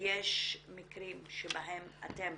יש מקרים שבהם אתם